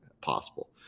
possible